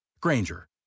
Granger